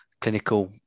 clinical